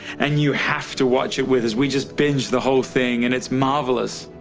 and you have to watch it with us we just binge the whole thing and it's marvelous.